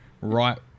right